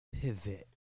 Pivot